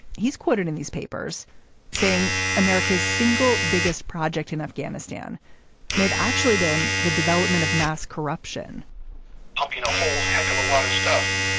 he's quoted in these papers saying america's single biggest project in afghanistan may have actually been the development of mass corruption a um you know whole heck of a lot of stuff